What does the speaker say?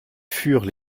furent